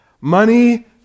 money